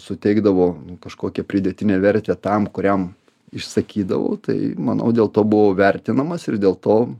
suteikdavo kažkokią pridėtinę vertę tam kuriam išsakydavau tai manau dėl to buvau vertinamas ir dėl to